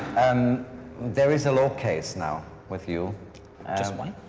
and there is a law case now with you. just one?